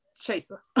chaser